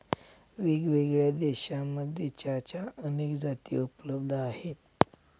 वेगळ्यावेगळ्या देशांमध्ये चहाच्या अनेक जाती उपलब्ध आहे